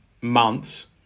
months